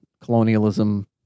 colonialism